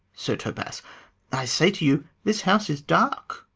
sir topas i say to you, this house is dark.